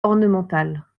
ornementales